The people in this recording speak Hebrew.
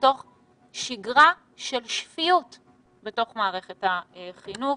לשגרה של שפיות בתוך מערכת החינוך.